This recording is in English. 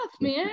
man